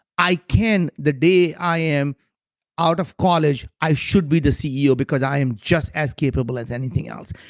i can the day i am out of college, i should be the ceo because i am just as capable as anything else.